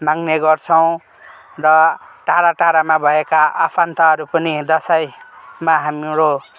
माग्ने गर्छौँ र टाडा टाडामा भएका आफान्ताहरू पनि दसैँमा हाम्रो